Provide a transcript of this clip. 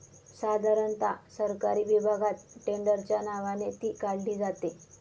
साधारणता सरकारी विभागात टेंडरच्या नावाने ती काढली जाते